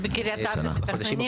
ובקריית אתא מתכננים?